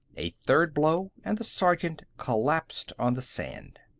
a third blow, and the sergeant collapsed on the sand.